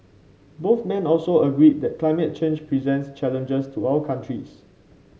both men also agreed that climate change presents challenges to all countries